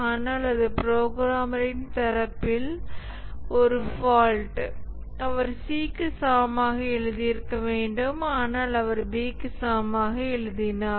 ஆனால் இது புரோகிராமரின் தரப்பில் ஒரு ஃபால்ட் அவர் c க்கு சமமாக எழுதியிருக்க வேண்டும் ஆனால் அவர் b க்கு சமமாக எழுதினார்